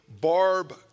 Barb